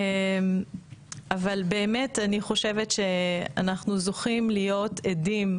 אני חושבת שאנחנו זוכים להיות עדים,